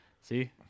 See